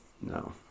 no